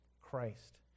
Christ